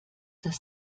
das